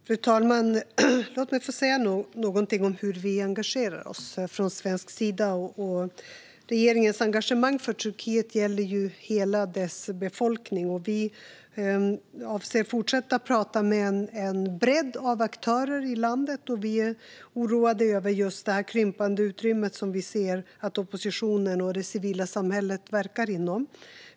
Fru talman! Låt mig säga något om hur Sverige engagerar sig. Regeringens engagemang för Turkiet gäller hela dess befolkning, och vi avser att fortsätta att tala med en bredd av aktörer i landet. Vi är oroade över det krympande utrymme som vi ser att oppositionen och det civila samhället verkar inom.